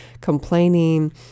complaining